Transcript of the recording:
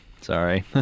Sorry